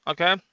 Okay